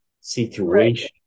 situation